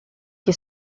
che